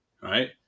right